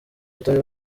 batari